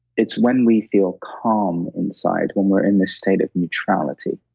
it's when we feel calm inside, when we're in this state of neutrality,